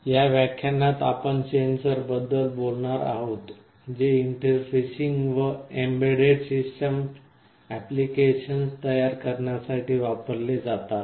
या व्याख्यानात आपण सेन्सरबद्दल बोलणार आहोत जे इंटरफेसिंग व एम्बेडेड सिस्टम अप्लिकेशन्स तयार करण्यासाठी वापरले जातात